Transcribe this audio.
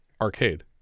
Arcade